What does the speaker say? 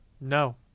no